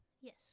Yes